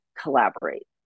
collaborate